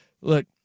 look